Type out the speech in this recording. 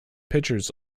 pitchers